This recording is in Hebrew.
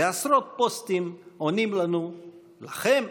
ועשרות פוסטים עונים לנו: לכם.